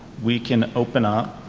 we can open up.